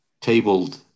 tabled